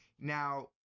Now